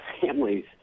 families